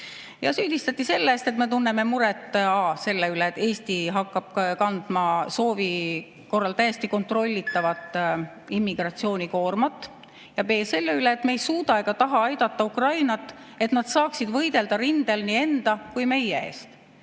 süüdistati selles, et me tunneme muret a) selle üle, et Eesti hakkab kandma soovi korral täiesti kontrollitavat immigratsioonikoormat ja b) selle üle, et me ei suuda ega taha aidata Ukrainat, et nad saaksid võidelda rindel nii enda kui ka meie eest.